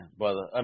brother